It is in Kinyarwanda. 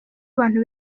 abantu